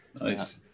nice